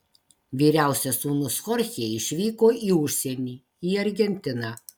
vyriausias sūnus chorchė išvyko į užsienį į argentiną